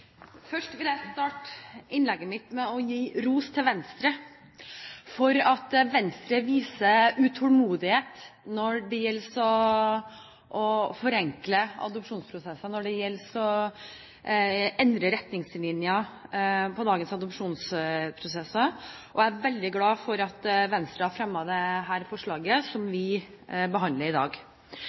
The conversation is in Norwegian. Først vil jeg starte innlegget mitt med å gi ros til Venstre for at Venstre viser utålmodighet når det gjelder å forenkle adopsjonsprosessen og når det gjelder å endre retningslinjer i dagens adopsjonsprosess. Jeg er veldig glad for at Venstre har fremmet dette forslaget som vi behandler i dag.